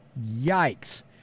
Yikes